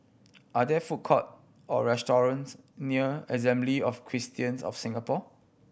are there food court or restaurants near Assembly of Christians of Singapore